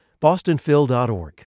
bostonphil.org